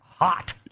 hot